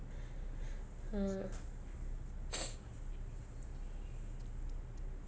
ha